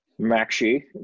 Maxi